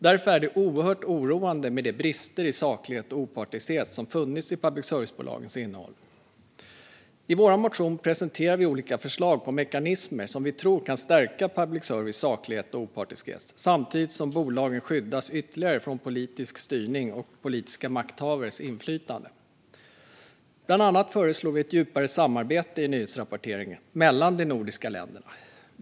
Därför är det oerhört oroande med de brister i saklighet och opartiskhet som funnits i public service-bolagens innehåll. I vår motion presenterar vi olika förslag på mekanismer som vi tror kan stärka public services saklighet och opartiskhet samtidigt som bolagen skyddas ytterligare från politisk styrning och politiska makthavares inflytande. Bland annat föreslår vi ett djupare samarbete i nyhetsrapporteringen mellan de nordiska länderna.